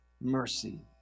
mercy